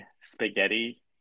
Spaghetti